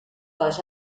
les